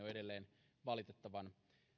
on edelleen valitettavan